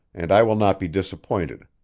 and i will not be disappointed.